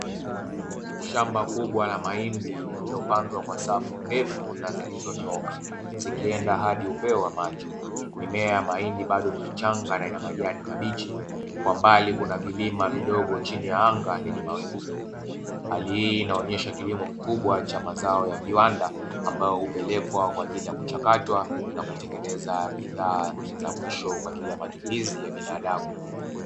Shamba kubwa la mahindi lililopandwa kwa safu ndefu na zilizonyooka zikienda hadi upeo wa macho, mimea ya mahindi bado ni michanga na ina majani mabichi kwa mbali kuna vilima vidogo chini ya anga lenye mawingu meupe, hali hii inaonyesha kilimo kikubwa cha mazao ya viwanda ambayo hupelekwa kwa ajili ya kuchakatwa na kutengeneza bidhaa za mwisho kwa ajili ya matumizi ya binadamu.